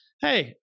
hey